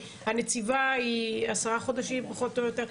הנציבה היא עשרה חודשים פחות או יותר.